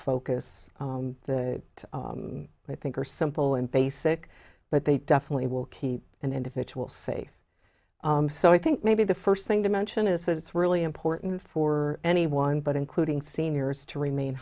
focus i think are simple and basic but they definitely will keep an individual safe so i think maybe the first thing to mention is that it's really important for anyone but including seniors to remain